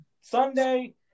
Sunday